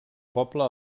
poble